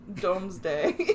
Domesday